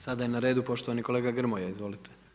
Sada je na redu poštovani kolega Grmoja, izvolite.